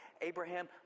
Abraham